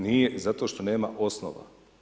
Nije zato što nema osnova.